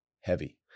Heavy